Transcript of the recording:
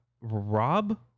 Rob